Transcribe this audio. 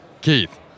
Keith